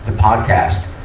podcast.